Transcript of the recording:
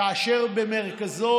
כאשר במרכזו,